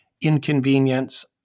inconvenience